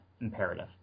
imperative